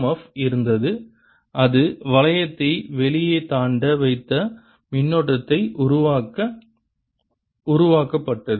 F இருந்தது இது வளையத்தைத் வெளியே தாண்ட வைத்த மின்னோட்டத்தை உருவாக்க உருவாக்கப்பட்டது